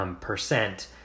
percent